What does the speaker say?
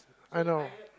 I know